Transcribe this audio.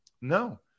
No